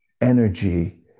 energy